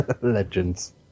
Legends